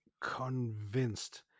convinced